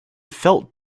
felt